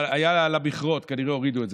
אבל היה גם על המכרות, כנראה הורידו את זה.